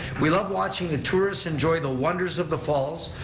we love watching the tourists enjoy the wonders of the falls,